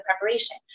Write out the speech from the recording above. preparation